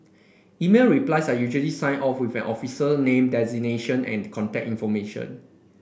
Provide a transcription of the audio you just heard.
email replies are usually signed off with an officer name designation and contact information